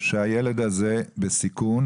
שהילד הזה בסיכון?